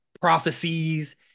prophecies